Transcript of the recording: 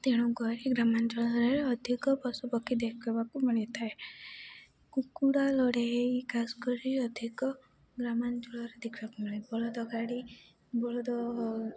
ତେଣୁ କରି ଗ୍ରାମାଞ୍ଚଳରେ ଅଧିକ ପଶୁପକ୍ଷୀ ଦେଖିବାକୁ ମିଳିଥାଏ କୁକୁଡ଼ା ଲଢ଼େଇ ଖାସ୍ କରି ଅଧିକ ଗ୍ରାମାଞ୍ଚଳରେ ଦେଖିବାକୁ ମିଳେ ବଳଦ ଗାଡ଼ି ବଳଦ